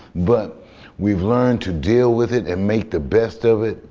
but we've learned to deal with it and make the best of it,